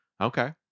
okay